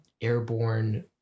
airborne